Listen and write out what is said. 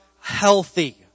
healthy